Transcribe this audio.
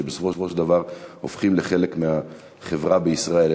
שבסופו של דבר הופכים לחלק מהחברה בישראל.